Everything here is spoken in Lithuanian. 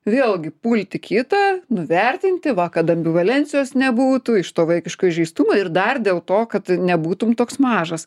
vėlgi pulti kitą nuvertinti va kad ambivalencijos nebūtų iš to vaikiško įžeistumo ir dar dėl to kad nebūtum toks mažas